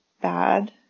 bad